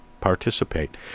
participate